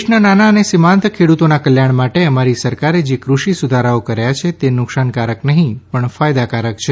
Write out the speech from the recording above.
દેશના નાના અને સિમાંત ખેડૂતોના કલ્યાણ માટે અમારી સરકારે જે કૃષિ સુધારાઓ કર્યા છે તે નુકશાનકારક નહી પણ ફાયદાકારક છે